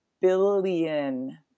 billion